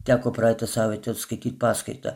teko praeitą savaitę skaityt paskaitą